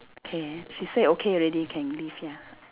K she said okay already can leave ya